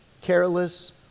careless